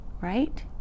Right